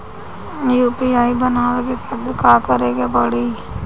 UPI बनावे के खातिर का करे के पड़ी?